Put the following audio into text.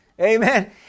Amen